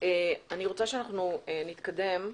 אני רוצה שאנחנו נתקדם.